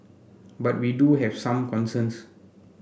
but we do have some concerns